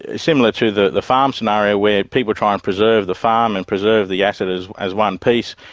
similar to the the farm scenario where people try and preserve the farm and preserve the asset as as one piece,